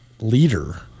Leader